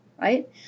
right